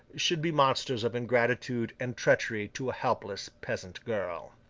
should be monsters of ingratitude and treachery to a helpless peasant girl.